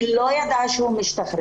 היא לא ידעה שהוא משתחרר.